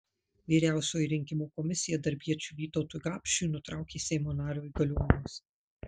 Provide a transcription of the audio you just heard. vyriausioji rinkimų komisija darbiečiui vytautui gapšiui nutraukė seimo nario įgaliojimus